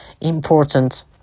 important